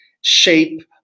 shape